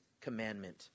commandment